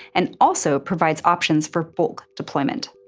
and also provides options for bulk deployment.